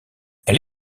elle